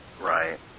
Right